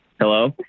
Hello